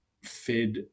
fed